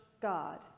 God